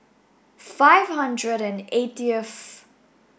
five hundred and eightieth